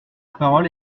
parole